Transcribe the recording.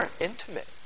intimate